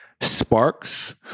Sparks